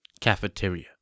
Cafeteria